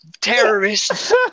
terrorists